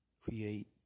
create